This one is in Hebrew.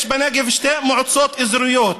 יש בנגב שתי מועצות אזוריות,